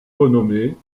renommée